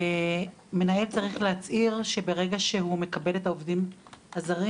מנהל צריך להצהיר שברגע שהוא מקבל את העובדים הזרים